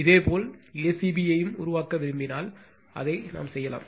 இதேபோல் acb யையும் உருவாக்க விரும்பினால் அதைச் செய்யலாம்